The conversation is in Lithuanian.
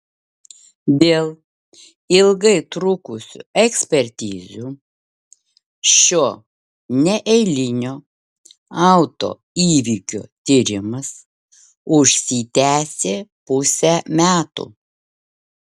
dėl ilgai trukusių ekspertizių šio neeilinio autoįvykio tyrimas užsitęsė pusę metų